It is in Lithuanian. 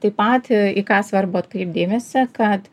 taip pat į ką svarbu atkreipt dėmesį kad